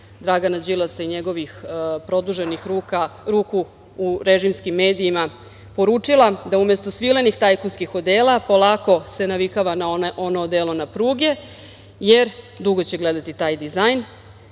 Dragana Đilasa i njegovih produženih ruku u režimskim medijima, poručila da umesto svilenih tajkunskih odela, polako se navikava na ono odelo na pruge, jer dugo će gledati taj dizajn. Ono